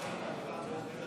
גם שלנו.